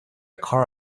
car